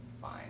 fine